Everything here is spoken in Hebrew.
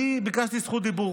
אני ביקשתי זכות דיבור